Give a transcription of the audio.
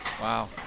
Wow